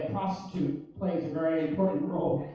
prostitute plays a very important role.